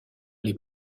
les